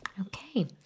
Okay